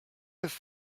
have